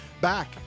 back